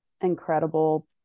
incredible